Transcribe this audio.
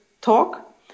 talk